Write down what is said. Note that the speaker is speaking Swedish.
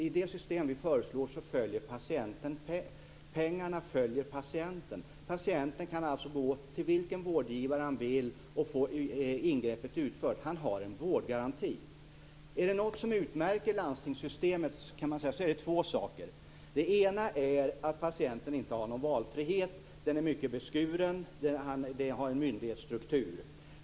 I det system som vi föreslår följer pengarna patienten. Patienten kan alltså gå till vilken vårdgivare han vill och få ett ingrepp utfört. Han har en vårdgaranti. Det är två saker som utmärker landstingssystemet. Det ena är att patienten inte har någon valfrihet, den är beskuren, systemet har en myndighetsstruktur.